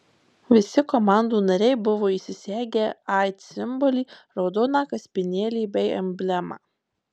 visi komandų nariai buvo įsisegę aids simbolį raudoną kaspinėlį bei emblemą